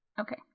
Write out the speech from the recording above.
Okay